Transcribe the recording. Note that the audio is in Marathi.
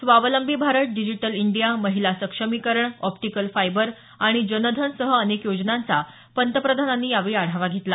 स्वावलंबी भारत डिजीटल इंडिया महिला सक्षमीकरण ऑप्टीकल फायबर आणि जनधनसह अनेक योजनांचा पंतप्रधानांनी यावेळी आढावा घेतला